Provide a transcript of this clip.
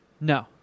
No